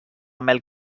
mel